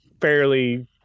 fairly